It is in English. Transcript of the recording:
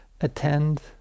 attend